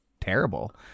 terrible